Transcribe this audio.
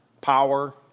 power